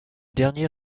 dernier